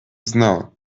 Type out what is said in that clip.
знал